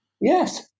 Yes